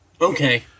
Okay